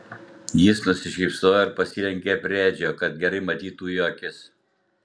jis nusišypsojo ir pasilenkė prie edžio kad gerai matytų jo akis